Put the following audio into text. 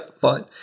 fine